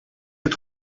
het